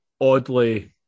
oddly